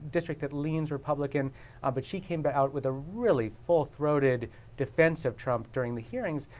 district that leans republican ah but she came but out with a really full throated defense of trump during the hearings,